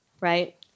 right